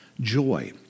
joy